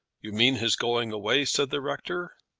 you mean his going away? said the rector.